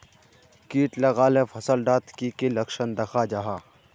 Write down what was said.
किट लगाले फसल डात की की लक्षण दखा जहा?